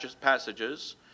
passages